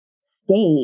state